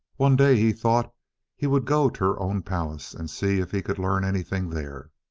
one day he thought he would go to her own palace and see if he could learn anything there,